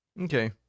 Okay